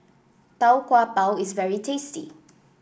Tau Kwa Pau is very tasty